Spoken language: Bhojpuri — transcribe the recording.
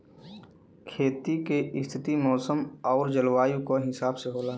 खेती क स्थिति मौसम आउर जलवायु क हिसाब से होला